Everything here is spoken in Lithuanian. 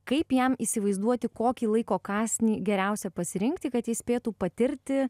kaip jam įsivaizduoti kokį laiko kąsnį geriausia pasirinkti kad jis spėtų patirti